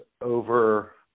over